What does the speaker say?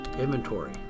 Inventory